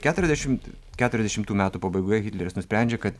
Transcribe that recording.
keturiasdešimt keturiasdešimtų metų pabaigoje hitleris nusprendžia kad